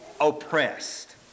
oppressed